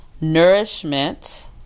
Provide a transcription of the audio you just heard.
nourishment